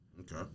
Okay